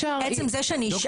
עצם זה שאני אשאל,